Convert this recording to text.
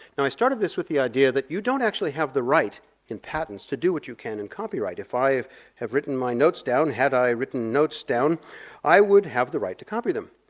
now i started this with the idea that you don't actually have the right in patents to do what you can in copyright. if i have written my notes down, had i written notes down i would have the right to copy them.